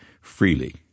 freely